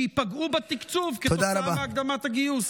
שייפגעו בתקצוב כתוצאה מהקדמת הגיוס.